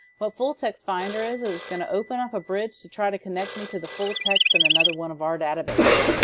but full text finder is is going to open up a bridge to try to connect me to the full text and another one of our databases.